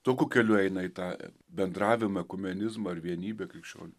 tokiu keliu eina į tą bendravimą ekumenizmą ar vienybę krikščionių